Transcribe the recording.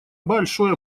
большой